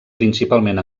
principalment